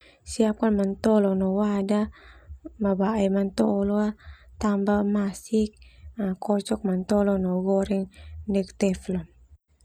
Siapkan mantolo no wadah, mabae mantolo, tambah masik, kocok mantolo no goreng neuk teflon.